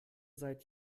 seit